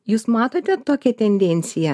jūs matote tokią tendenciją